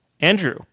Andrew